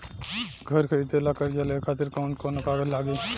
घर खरीदे ला कर्जा लेवे खातिर कौन कौन कागज लागी?